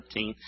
13